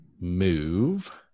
move